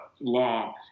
law